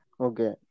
okay